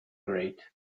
great